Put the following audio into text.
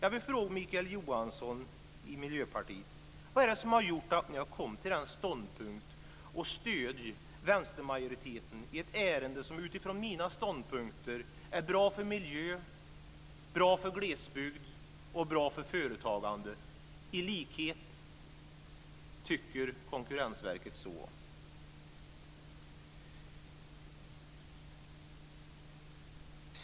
Jag vill fråga Mikael Johansson i Miljöpartiet: Vad är det som har gjort att ni har kommit till ståndpunkten att stödja vänstermajoriteten i ett ärende som utifrån mina ståndpunkter är bra för miljön, bra för glesbygden och bra för företagandet. Konkurrensverket tycker också så.